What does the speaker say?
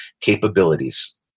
capabilities